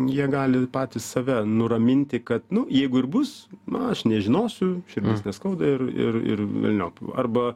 jie gali patys save nuraminti kad nu jeigu ir bus na aš nežinosiu širdis neskauda ir ir ir velniop arba